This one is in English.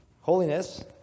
holiness